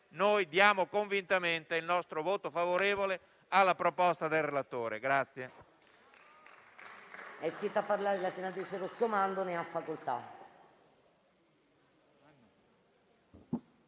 diamo convintamente il nostro voto favorevole alla proposta del relatore.